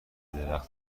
درخت